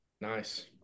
Nice